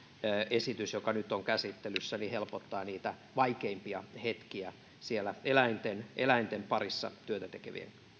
esitys joka nyt on käsittelyssä helpottaa niitä vaikeimpia hetkiä siellä eläinten eläinten parissa työtä tekevien